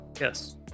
Yes